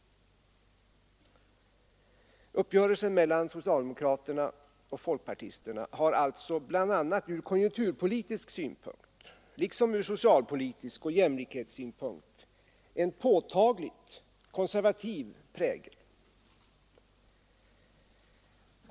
Uppgörelsen mellan socialdemokraterna och folkpartisterna har alltså från konjunkturpolitisk synpunkt, liksom ur socialpolitiska perspektiv och från jämlikhetssynpunkt, en påtagligt konservativ prägel.